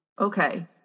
okay